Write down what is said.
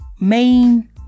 main